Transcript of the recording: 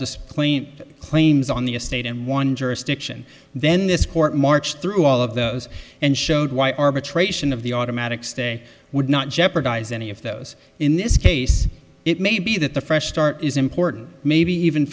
displaying claims on the estate in one jurisdiction then this court marched through all of those and showed why arbitration of the automatic stay would not jeopardize any of those in this case it may be that the fresh start is important maybe even